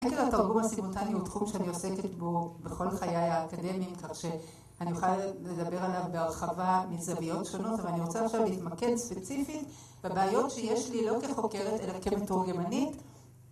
חקר התרגום הסימוטני הוא תחום שאני עוסקת בו בכל חיי האקדמיים כך שאני יכולה לדבר עליו בהרחבה מזוויות שונות אבל אני רוצה עכשיו להתמקד ספציפית בבעיות שיש לי לא כחוקרת אלא כמתורגמנית